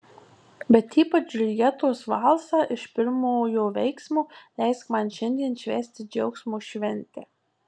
bet ypač džiuljetos valsą iš pirmojo veiksmo leisk man šiandien švęsti džiaugsmo šventę